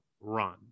run